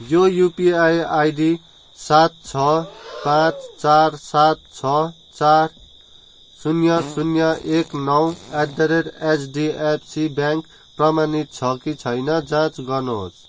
यो UPI ID सात छ पाँच चार सात छ चार शून्य शून्य एक नौ at the rate HDFC bank प्रमाणित छ कि छैन जाँच गर्नुहोस्